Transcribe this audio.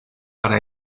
para